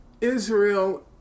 Israel